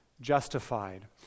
justified